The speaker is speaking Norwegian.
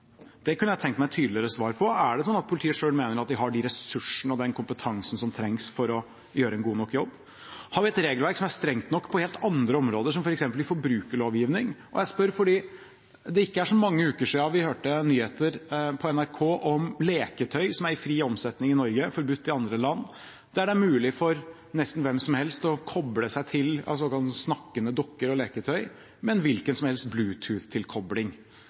Det kunne jeg tenkt meg et tydeligere svar på. Er det sånn at politiet selv mener at de har de ressursene og den kompetansen som trengs for å gjøre en god nok jobb? Har vi et regelverk som er strengt nok på helt andre områder, som f.eks. i forbrukerlovgivning? Jeg spør fordi det ikke er så mange uker siden vi hørte nyheter på NRK om leketøy som er i fri omsetning i Norge – og forbudt i andre land – der det er mulig for nesten hvem som helst å koble seg til, altså snakkende dukker og leketøy med en hvilken som helst